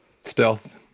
Stealth